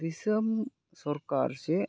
ᱫᱤᱥᱚᱢ ᱥᱚᱨᱠᱟᱨ ᱥᱮ